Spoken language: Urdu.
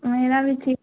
میرا بھی ٹھیک